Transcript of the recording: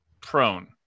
prone